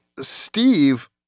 Steve